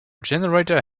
generator